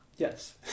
Yes